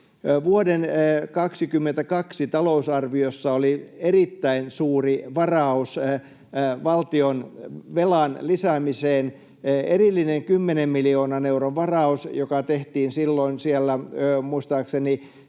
Vuoden 22 talousarviossa oli erittäin suuri varaus valtionvelan lisäämiseen, erillinen kymmenen miljoonan euron varaus, joka tehtiin muistaakseni